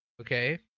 Okay